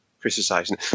criticising